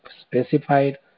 specified